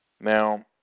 Now